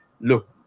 look